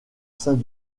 saint